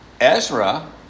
Ezra